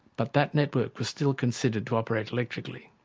but that network was still considered to operate electrically.